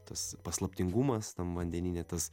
tas paslaptingumas tam vandenyne tas